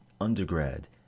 undergrad